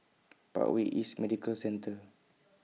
Parkway East Medical Centre